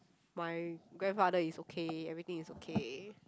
my grandfather is okay everything is okay